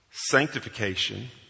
sanctification